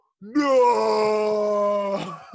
No